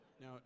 Now